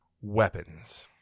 Weapons